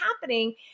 happening